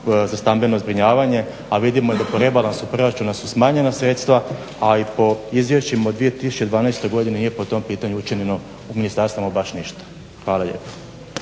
za stambeno zbrinjavanje, a vidimo da po rebalansu proračuna su smanjena sredstva, a i po izvješćima u 2012. godini nije po tom pitanju učinjeno u Ministarstvu ama baš ništa. Hvala lijepo.